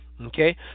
Okay